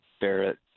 Barrett